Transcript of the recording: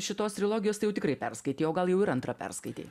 šitos trilogijos tai jau tikrai perskaitei o gal jau ir antrą perskaitei